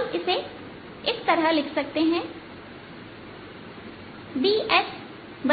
हम इसे इस तरह लिख सकते हैं ds2πRLσ0ds